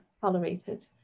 tolerated